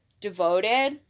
devoted